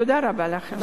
תודה רבה לכם.